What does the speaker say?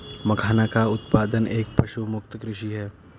मखाना का उत्पादन एक पशुमुक्त कृषि है